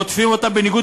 רודפים אותם בניגוד